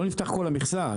לא נפתחה כל המכסה.